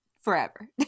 forever